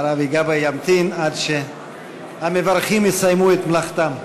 מר אבי גבאי ימתין עד שהמברכים יסיימו את מלאכתם.